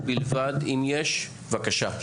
בבקשה.